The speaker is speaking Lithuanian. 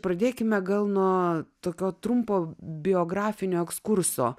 pradėkime gal nuo tokio trumpo biografinio ekskurso